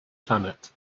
planet